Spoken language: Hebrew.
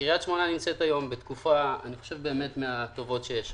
קריית שמונה נמצאת היום בתקופה מהטובות שיכולות להיות.